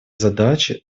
задачи